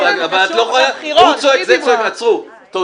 אתם צועקים ואני